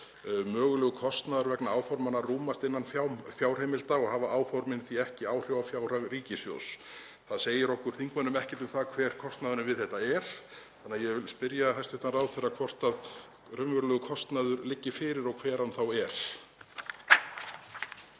„Mögulegur kostnaður vegna áformanna rúmast innan fjárheimilda og hafa áformin því ekki áhrif á fjárhag ríkissjóðs.“ Það segir okkur þingmönnum ekkert um það hver kostnaðurinn við þetta er þannig að ég vil spyrja hæstv. ráðherra hvort raunverulegur kostnaður liggi fyrir og hver hann sé þá.